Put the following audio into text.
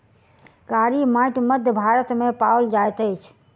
कारी माइट मध्य भारत मे पाओल जाइत अछि